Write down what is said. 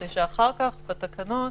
כדי שאחר כך בתקנות